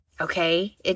Okay